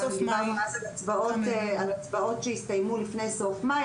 על הצבעות שהסתיימו לפני סוף מאי,